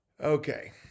Okay